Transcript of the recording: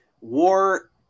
War